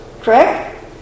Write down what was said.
Correct